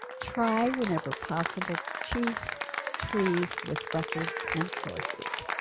try whenever possible. choose trees with records and sources.